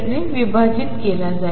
ने विभाजित केला जाईल